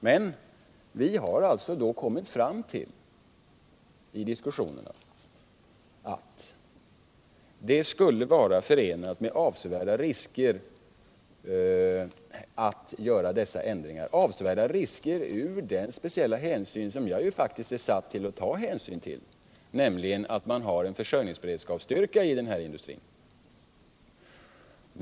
Men vi har i diskussionerna kommit fram till att det skulle vara förenat med avsevärda risker att göra dessa ändringar, med tanke på de speciella hänsyn som jag faktiskt är tillsatt att bevaka, nämligen att det skall finnas en försörjningsberedskapsstyrka i den industri det gäller.